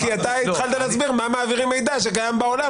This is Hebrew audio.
כי אתה התחלת להסביר מה מעבירים מידע שקיים בעולם,